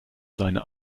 seine